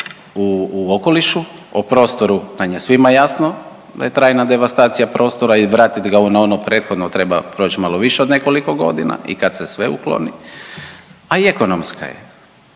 u okolišu, o prostoru nam je svima jasno da je trajna devastacija prostora i vratit ga na ono prethodno treba proći malo više od nekoliko godina i kad se sve ukloni, a i ekonomska je.